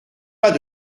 pas